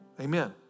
Amen